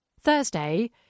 Thursday